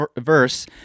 verse